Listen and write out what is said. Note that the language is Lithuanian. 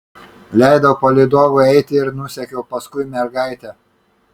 leidau palydovui eiti ir nusekiau paskui mergaitę